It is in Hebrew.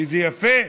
איזה יופי,